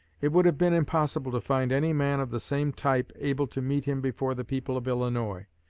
it would have been impossible to find any man of the same type able to meet him before the people of illinois.